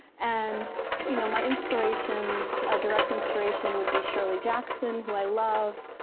and you know my inspirations a direct inspiration would be shirley jackson, who i love.